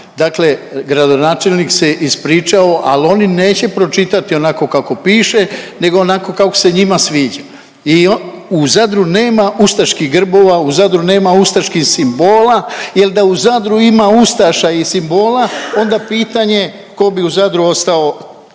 Dakle, gradonačelnik se ispričao, al oni neće pročitati onako kako piše nego onako kako se njima sviđa. U Zadru nema ustaških grbova, u Zadru nema ustaških simbola jel da u Zadru ima ustaša i simbola onda pitanje je ko bi u Zadru ostao,